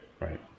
right